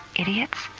idiots.